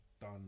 done